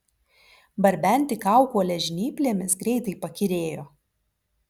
barbenti kaukolę žnyplėmis greitai pakyrėjo